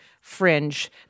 fringe